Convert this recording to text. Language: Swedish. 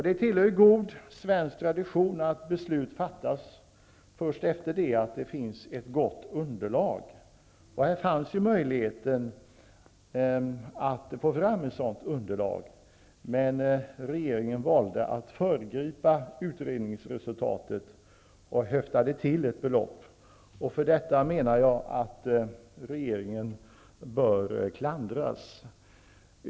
Det tillhör god svensk tradition att beslut fattas först efter det att ett gott underlag framlagts. Här fanns ju möjligheten att få fram ett sådant underlag. Men regeringen valde att föregripa utredningsresultatet och höftade till ett belopp. För detta bör regeringen klandras, menar jag.